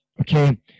Okay